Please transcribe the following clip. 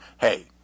Hey